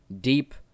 deep